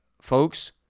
Folks